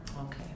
Okay